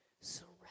surrender